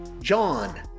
John